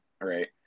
Right